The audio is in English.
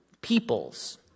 peoples